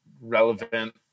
relevant